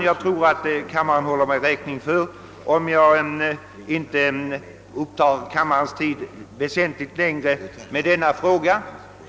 Jag tror att kammarens ledamöter håller mig räkning för om jag inte upptar deras tid mycket längre med denna fråga.